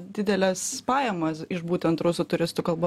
dideles pajamas iš būtent rusų turistų kalbu